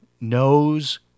knows